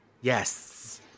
yes